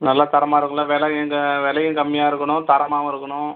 நல்லா தரமாக இருக்குங்களா வில எங்கள் விலையும் கம்மியாக இருக்கணும் தரமாகவும் இருக்கணும்